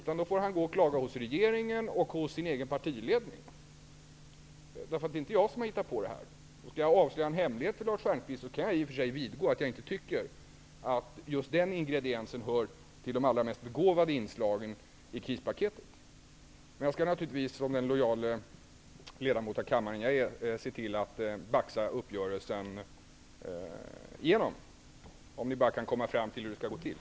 Han får klaga hos regeringen och hos sin egen partiledning. Det är inte jag som har hittat på det här. Skall jag avslöja en hemlighet för Lars Stjernkvist, kan jag i och för sig vidgå att jag inte tycker att just den ingrediensen hör till de allra mest begåvade inslagen i krispaketet. Jag skall na turligtvis som den lojale ledamot av kammaren som jag är se till att baxa igenom uppgörelsen, om ni bara kan komma fram till hur det skall gå till.